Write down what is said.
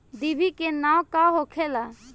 डिभी के नाव का होखेला?